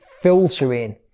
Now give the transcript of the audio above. filtering